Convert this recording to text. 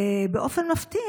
ובאופן מפתיע,